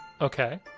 Okay